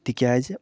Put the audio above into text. تِکیٛازِ